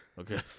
Okay